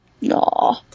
No